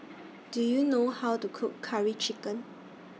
Do YOU know How to Cook Curry Chicken